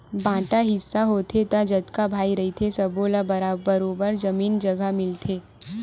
बांटा हिस्सा होथे त जतका भाई रहिथे सब्बो ल बरोबर जमीन जघा मिलथे